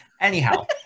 anyhow